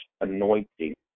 anointing